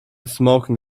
smoking